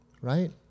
right